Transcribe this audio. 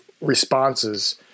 responses